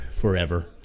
forever